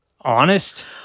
honest